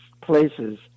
places